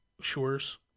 Shores